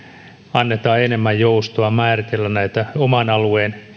annetaan enemmän joustoa määritellä näitä oman alueen